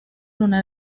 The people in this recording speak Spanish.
luna